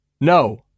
No